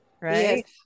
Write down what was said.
Right